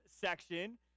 section